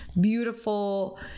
beautiful